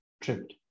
tripped